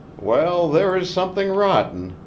well, there is something rotten,